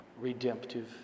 Redemptive